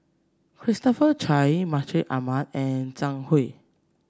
Christopher Chia Mustaq Ahmad and Zhang Hui